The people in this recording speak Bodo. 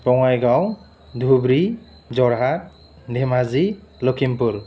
बङाइगाव धुबुरि जरहात धेमाजि लखिमपुर